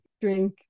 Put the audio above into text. drink